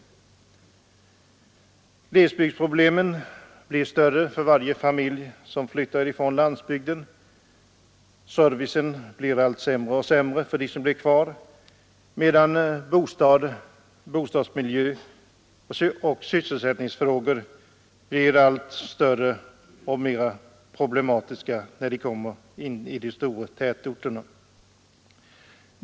Glesbygdsproblemen blir större för varje familj som flyttar från landsbygden. Servicen blir sämre och sämre för dem som stannar kvar, medan bostadsproblem och sysselsättningsfrågor uppstår i de större tätorterna.